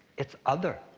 it's other.